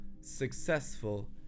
successful